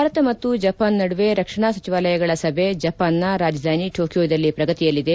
ಭಾರತ ಮತ್ತು ಜಪಾನ್ ನಡುವೆ ರಕ್ಷಣಾ ಸಚಿವಾಲಯಗಳ ಸಭೆ ಜಪಾನ್ನ ರಾಜಧಾನಿ ಟೋಕಿಯೋದಲ್ಲಿ ಪ್ರಗತಿಯಲ್ಲಿದೆ